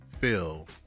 Phil